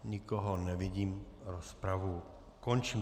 Nikoho nevidím, rozpravu končím.